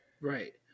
right